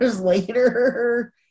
later